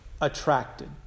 attracted